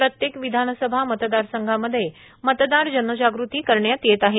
प्रत्येक विधानसभा मतदारसंघामध्ये मतदार जनजागृती करण्यात येत आहे